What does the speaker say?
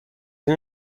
این